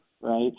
right